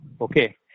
okay